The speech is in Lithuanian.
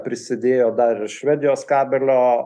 prisidėjo dar ir švedijos kabelio